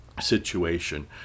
situation